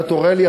אתה תורה לי,